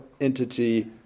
entity